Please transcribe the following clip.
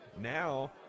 now